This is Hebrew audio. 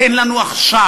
תן לנו עכשיו,